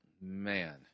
man